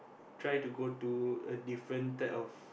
try to go to a different type of